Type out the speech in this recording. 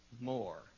more